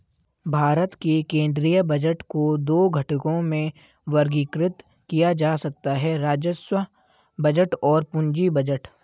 भारत के केंद्रीय बजट को दो घटकों में वर्गीकृत किया जा सकता है राजस्व बजट और पूंजी बजट